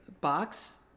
box